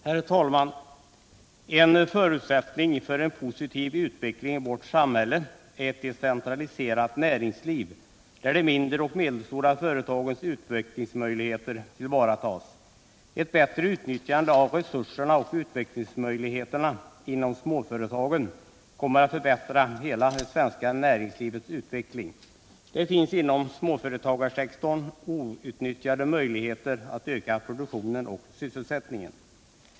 Herr talman! En förutsättning för en positiv utveckling i vårt samhälle är ett decentraliserat näringsliv, där de mindre och medelstora företagens utvecklingsmöjligheter tillvaratas. Ett bättre utnyttjande av resurserna och utvecklingsmöjligheterna inom småföretagen kommer att förbättra hela det svenska näringslivets utveckling. Det finns inom småföretagarsektorn outnyttjade möjligheter att öka produktionen och sysselsättningen.